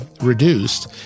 reduced